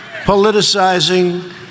politicizing